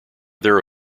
their